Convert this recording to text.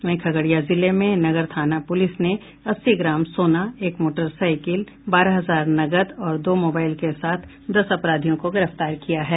वहीं खगड़िया जिले में नगर थाना पुलिस ने अस्सी ग्राम सोना एक मोटरसाईकिल बारह हजार नकद और दो मोबाईल के साथ दस अपराधियों को गिरफ्तार किया है